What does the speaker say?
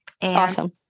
Awesome